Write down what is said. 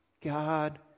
God